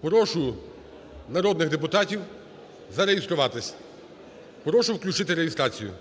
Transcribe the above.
Прошу народних депутатів зареєструватись. Прошу включити реєстрацію.